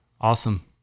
Awesome